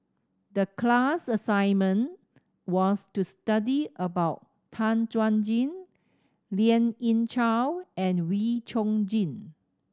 the class assignment was to study about Tan Chuan Jin Lien Ying Chow and Wee Chong Jin